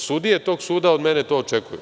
Sudije tog suda od mene to očekuju.